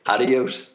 Adios